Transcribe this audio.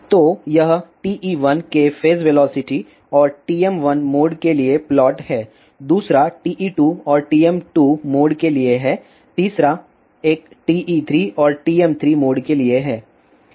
तो यह TE1 के फेज वेलोसिटी और TM1 मोड के लिए प्लॉट है दूसरा TE2 और TM2 मोड के लिए है तीसरा एक TE3 और TM3 मोड के लिए है